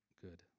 good